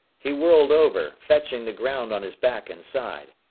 he whirled over, fetching the ground on his back and side.